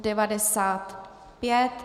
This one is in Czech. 95.